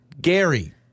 Gary